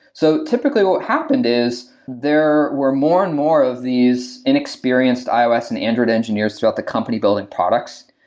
so, typically what happened is there were more and more of these inexperienced ios and android engineers throughout the company building products.